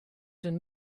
den